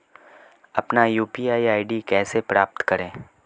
अपना UPI ID कैसे प्राप्त करें?